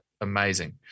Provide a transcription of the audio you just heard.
amazing